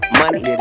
money